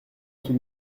tout